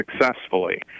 successfully